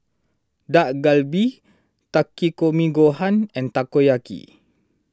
Dak Galbi Takikomi Gohan and Takoyaki